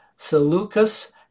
Seleucus